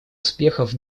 успехов